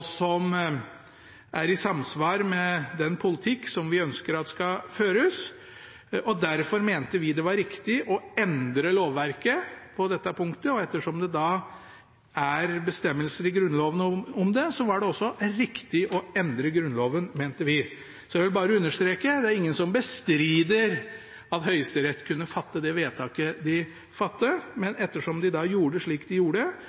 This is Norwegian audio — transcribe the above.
som er i samsvar med den politikk som vi ønsker skal føres. Derfor mente vi det var riktig å endre lovverket på dette punktet. Ettersom det er bestemmelser i Grunnloven om det, var det også riktig å endre Grunnloven, mente vi. Jeg vil bare understreke at det er ingen som bestrider at Høyesterett kunne fatte det vedtaket de fattet, men ettersom de gjorde slik de gjorde,